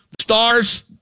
Stars